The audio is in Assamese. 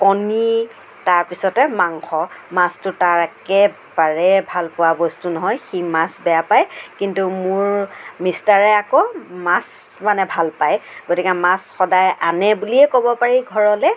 কণী তাৰ পিছতে মাংস মাছটো তাৰ একেবাৰে ভাল পোৱা বস্তু নহয় সি মাছ বেয়া পায় কিন্তু মোৰ মিষ্টাৰে আকৌ মাছ মানে ভাল পায় গতিকে মাছ সদায় আনে বুলিয়ে ক'ব পাৰি ঘৰলৈ